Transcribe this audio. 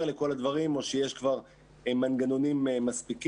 לכל הדברים או שיש כבר מנגנונים מספיקים.